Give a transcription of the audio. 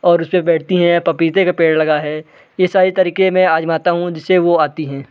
और उसपे बैठती हैं पपीते का पेड़ लगा है ये सारे तरीके में आज़माता हूँ जिससे वो आती हैं